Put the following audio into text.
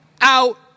out